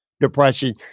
depression